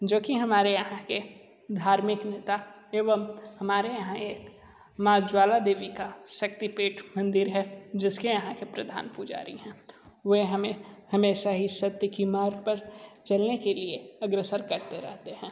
जो कि हमारे यहाँ के धार्मिक नेता एवं हमारे यहाँ एक माँ ज्वाला देवी का शक्तिपीठ मंदिर है जिस के यहाँ के प्रधान पुजारी हैं वे हमें हमेशा ही सत्य के मार्ग पर चलने के लिए अग्रसर करते रहते हैं